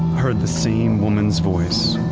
heard the same woman's voice